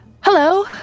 Hello